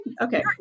Okay